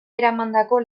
eramandako